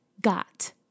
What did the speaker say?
got